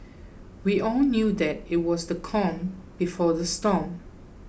we all knew that it was the calm before the storm